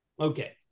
Okay